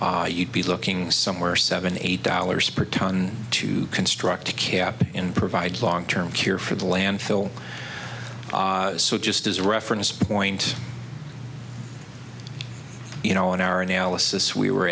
you'd be looking somewhere seventy eight dollars per ton to construct a cap and provide long term cure for the landfill so just as a reference point you know in our analysis we were